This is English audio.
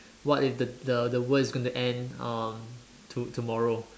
what if the the world is going to end uh to~ tomorrow